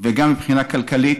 וגם מבחינה כלכלית,